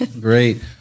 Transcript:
Great